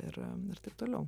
ir ir taip toliau